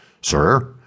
Sir